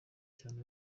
cyane